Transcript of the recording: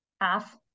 half